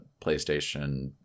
playstation